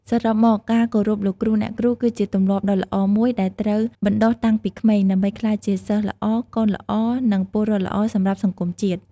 សរុបមក ការគោរពលោកគ្រូ អ្នកគ្រូ គឺជាទម្លាប់ដ៏ល្អមួយដែលត្រូវបណ្ដុះតាំងពីក្មេង ដើម្បីក្លាយជាសិស្សល្អ កូនល្អ និងពលរដ្ឋល្អសម្រាប់សង្គមជាតិ។